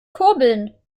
kurbeln